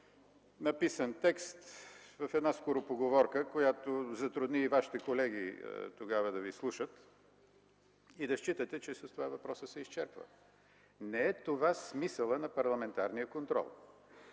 написан текст в една скоропоговорка, която затрудни и вашите колеги тогава да Ви слушат и да считате, че с това въпроса се изчерпва. Не е това смисълът на парламентарния контрол.